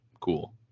cool